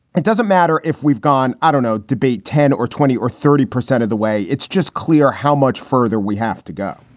it doesn't matter if we've gone. i don't know. debate ten or twenty or thirty percent of the way. it's just clear how much further we have to go.